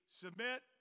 Submit